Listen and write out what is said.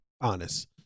honest